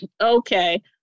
okay